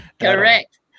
Correct